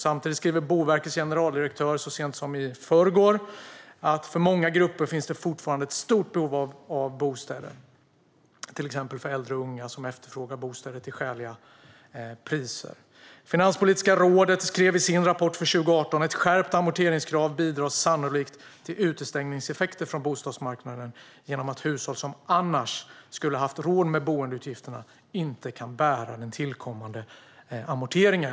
Samtidigt skrev Boverkets generaldirektör så sent som i förrgår att det för många grupper - till exempel för äldre och unga som efterfrågar bostäder till skäliga priser - fortfarande finns ett stort behov av bostäder. Finanspolitiska rådet skrev i sin rapport för 2018 att ett skärpt amorteringskrav sannolikt bidrar till utestängningseffekter på bostadsmarknaden genom att hushåll som annars skulle ha haft råd med boendeutgifterna inte kan bära den tillkommande amorteringen.